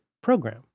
program